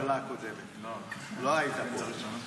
לא היית פה בממשלה הקודמת.